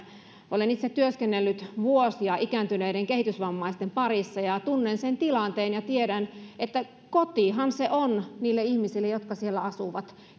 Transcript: olen itse työskennellyt vuosia ikääntyneiden kehitysvammaisten parissa ja tunnen sen tilanteen ja tiedän että kotihan se on niille ihmisille jotka siellä asuvat